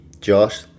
Josh